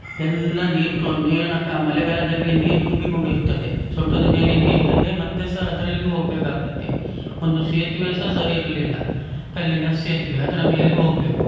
ಎಲ್ಲ ನೀರು ತು ನೀರಿನ ಮಳೆಗಾಲದಲ್ಲಿ ನೀರು ತುಂಬಿಕೊಂಡಿರ್ತದೆ ಸೊಂಟದ ಮೇಲೆ ನೀರ್ತದೆ ಮತ್ತೆ ಸಹ ಅದರಲ್ಲಿ ಹೋಗ್ಬೇಕಾಗ್ತದೆ ಒಂದು ಸೇತುವೆ ಸಹ ಸರಿ ಇರಲಿಲ್ಲ ಕಲ್ಲಿನ ಸೇತುವೆ ಅದರ ಮೇಲೆ ಹೋಗಬೇಕು